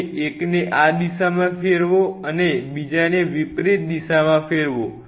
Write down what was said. તમે એકને આ દિશામાં ફેર વો અને બીજાને વિપરીત દિશામાં ફેર વો